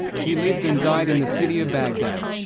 he lived and died in the city of baghdad.